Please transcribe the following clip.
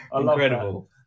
Incredible